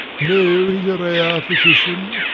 no, he's a rare physician,